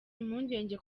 impungenge